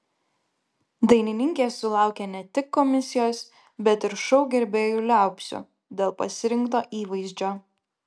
dainininkė sulaukė ne tik komisijos bet ir šou gerbėjų liaupsių dėl pasirinkto įvaizdžio